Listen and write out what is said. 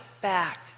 back